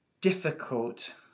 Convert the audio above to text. difficult